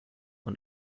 und